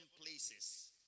places